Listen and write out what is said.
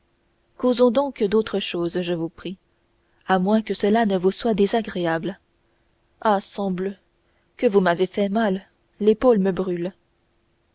causons donc d'autre chose je vous prie à moins que cela ne vous soit désagréable ah sangbleu que vous m'avez fait mal l'épaule me brûle